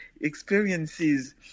experiences